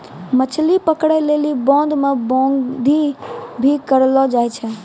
मछली पकड़ै लेली बांध मे बांधी भी करलो जाय छै